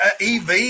EV